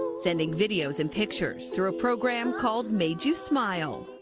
sending videos and pictures through a program called made you smile.